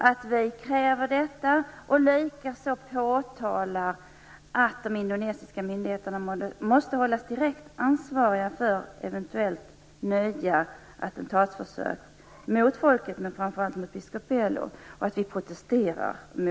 Det bör också påtalas att de indonesiska myndigheterna måste hållas direkt ansvariga för eventuella nya attentatsförsök mot folket men framför allt mot biskop Belo.